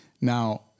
Now